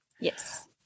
Yes